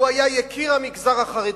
הוא היה יקיר המגזר החרדי.